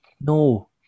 No